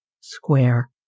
square